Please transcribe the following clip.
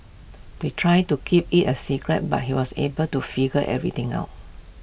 they tried to keep IT A secret but he was able to figure everything out